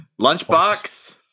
Lunchbox